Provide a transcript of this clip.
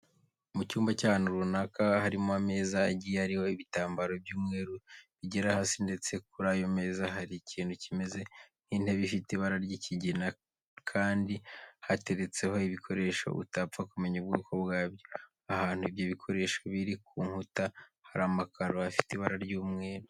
Mu cyumba cy'ahantu runaka harimo ameza agiye ariho ibitambaro by'umweru bigera hasi ndetse kuri ayo meza hari ikintu kimeze nk'intebe ifite ibara ry'ikigina kandi hateretseho ibikoresho utapfa kumenya ubwoko bwabyo. Ahantu ibyo bikoresho biri ku nkuta hari amakaro afite ibara ry'umweru.